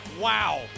Wow